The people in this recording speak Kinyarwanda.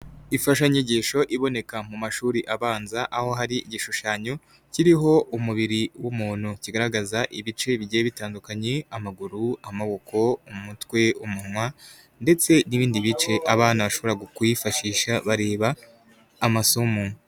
Imfashanyigisho iboneka mu mashuri abanza aho hari igishushanyo kiriho umubiri w'umuntu, kigaragaza ibice bigiye bitandukanye, amaguru, amaboko, umutwe, umunwa, ndetse n'ibindi bice abana bashobora kuwifashisha bareba amasomo.